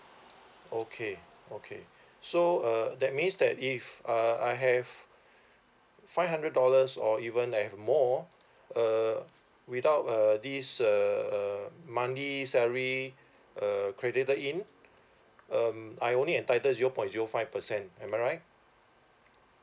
okay okay so uh that means that if uh I have five hundred dollars or even I have more uh without uh this uh monthly salary uh credited in um I only entitle zero point zero five percent am I right